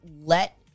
let